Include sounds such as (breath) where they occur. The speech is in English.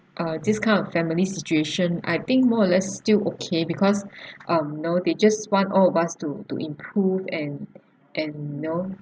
uh this kind of family situation I think more or less still okay because (breath) um know they just want all of us to to improve and and you know